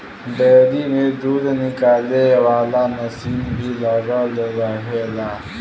dairy में दूध निकाले वाला मसीन भी लगल रहेला